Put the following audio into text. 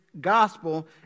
gospel